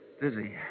dizzy